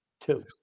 Two